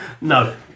No